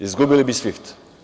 Izgubili bi SWIFT.